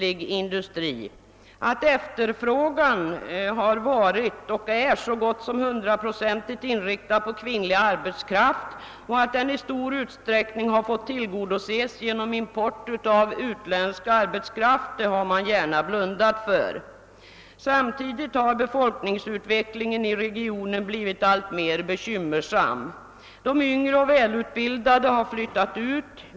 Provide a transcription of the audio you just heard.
Att denna efterfrågan till så gott som 100 procent varit och är inriktad på kvinnlig arbetskraft och att den i stor utsträckning har fått tillgodoses genom import av utländsk arbetskraft har man gärna blundat för. Samtidigt har befolkningsutvecklingen i regionen blivit alltmer bekymmersam. De yngre och välutbildade har flyttat ut.